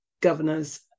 governors